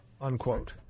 Unquote